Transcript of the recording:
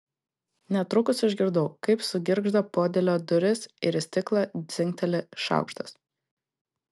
netrukus išgirdau kaip sugirgžda podėlio durys ir į stiklą dzingteli šaukštas